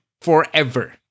forever